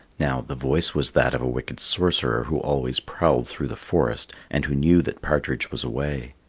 now, the voice was that of a wicked sorcerer who always prowled through the forest, and who knew that partridge was away.